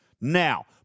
Now